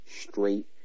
straight